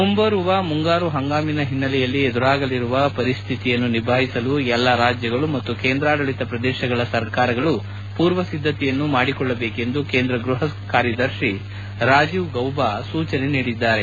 ಮುಂಬರುವ ಮುಂಗಾರು ಹಂಗಾಮಿನ ಹಿನ್ನೆಲೆಯಲ್ಲಿ ಎದುರಾಗಲಿರುವ ಪರಿಸ್ವಿತಿಯನ್ನು ನಿಭಾಯಿಸಲು ಎಲ್ಲಾ ರಾಜ್ಯಗಳೂ ಮತ್ತು ಕೇಂದ್ರಾಡಳಿತ ಪ್ರದೇಶಗಳ ಸರ್ಕಾರಗಳು ಪೂರ್ವಸಿದ್ದತೆಯನ್ನು ಮಾಡಿಕೊಳ್ಳಬೇಕೆಂದು ಕೇಂದ್ರ ಗ್ಟಹ ಕಾರ್ಯದರ್ಶಿ ರಾಜೀವ್ ಗೌಬಾ ಸೂಚನೆ ನೀಡಿದ್ದಾರೆ